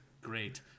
Great